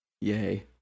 Yay